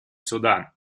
судан